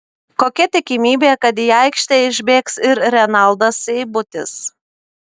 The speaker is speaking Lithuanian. kokia tikimybė kad į aikštę išbėgs ir renaldas seibutis